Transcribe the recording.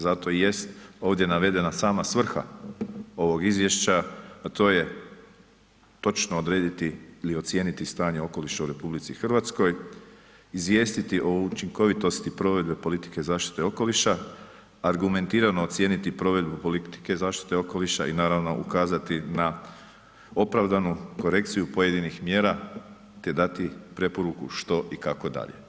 Zato i jest ovdje navedena sama svrha ovog izvješća, a to je točno odrediti ili ocijeniti stanje okoliša u RH, izvijestiti o učinkovitosti provedbe politike zaštite okoliša, argumentirano ocijeniti provedbu politike zaštite okoliša i naravno, ukazati na opravdanu korekciju pojedinih mjera te dati preporuku što i kako dalje.